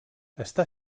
està